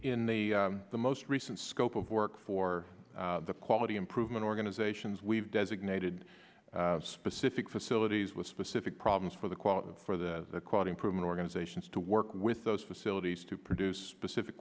in the the most recent scope of work for the quality improvement organizations we've designated specific facilities with specific problems for the quality for the quality improvement organizations to work with those facilities to produce specific